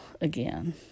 again